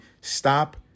Stop